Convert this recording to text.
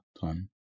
time